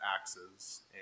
axes